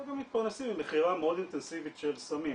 אלא גם מתפרנסים ממכירה מאוד אינטנסיבית של סמים,